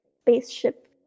spaceship